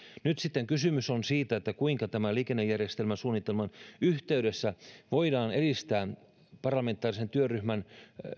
nyt sitten kysymys on siitä kuinka tämän liikennejärjestelmäsuunnitelman yhteydessä voidaan edistää parlamentaarisen työryhmän